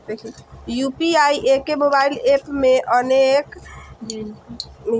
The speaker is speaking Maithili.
यू.पी.आई एके मोबाइल एप मे अनेक बैंकक खाता सं भुगतान सुविधा दै छै